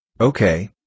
Okay